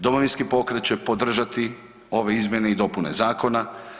Domovinski pokret će podržati ove izmjene i dopune zakona.